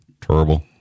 Terrible